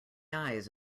eyes